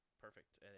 Perfect